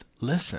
listen